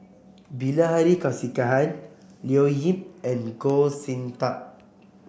Bilahari Kausikan Leo Yip and Goh Sin Tub